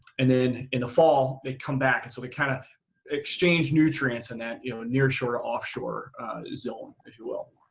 and then in the fall they come back. and so they kind of exchange nutrients in that, you know nearshore to off shore zone as you will.